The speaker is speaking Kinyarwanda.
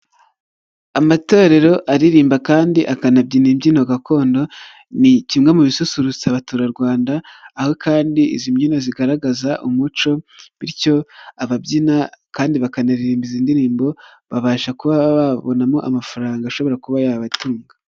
Amatorero aririmba kandi akanabyina imbyino gakondo, ni kimwe mu bisusurutsa abaturarwanda, aho kandi izi mbyino zigaragaza umuco bityo ababyina kandi bakanaririmba indirimbo babasha kuba babonamo amafaranga ashobora kuba yabatunga.